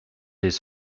his